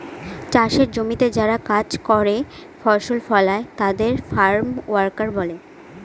চাষের জমিতে যারা কাজ করে ফসল ফলায় তাদের ফার্ম ওয়ার্কার বলে